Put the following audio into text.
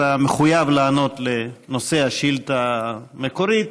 אתה מחויב לענות בנושא השאילתה המקורית.